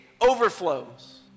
overflows